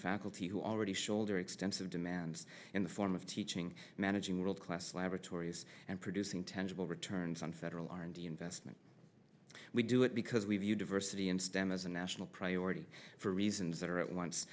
faculty who already shoulder extensive demands in the form of teaching managing world class laboratories and produce intentional returns on federal r and d investment we do it because we view diversity in stem as a national priority for reasons that are at once